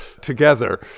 together